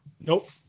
nope